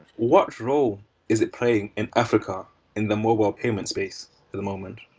what role is it playing in africa in the mobile payment space in the moment?